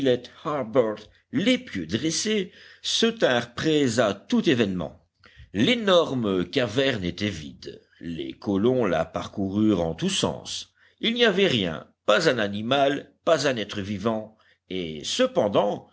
harbert l'épieu dressé se tinrent prêts à tout événement l'énorme caverne était vide les colons la parcoururent en tous sens il n'y avait rien pas un animal pas un être vivant et cependant